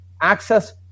access